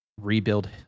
rebuild